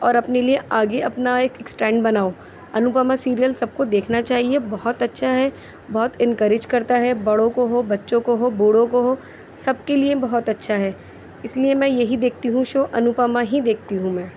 اور اپنے لیے آگے اپنا ایک اسٹینڈ بناؤ انوپما سیریل سب کو دیکھنا چاہئے بہت اچھا ہے بہت انکریج کرتا ہے بڑوں کو ہو بچوں کو ہو بوڑھوں کو ہو سب کے لیے بہت اچھا ہے اس لئے میں یہی دیکھتی ہوں شو انوپما ہی دیکھتی ہوں میں